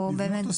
או באמת ---.